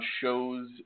shows